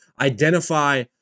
Identify